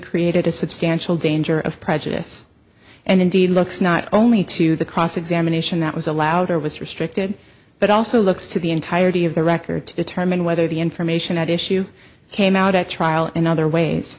created a substantial danger of prejudice and indeed looks not only to the cross examination that was allowed or was restricted but also looks to the entirety of the record to determine whether the information at issue came out at trial in other ways